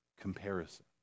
comparison